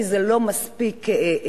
כי זה לא מספיק גורף,